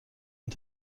این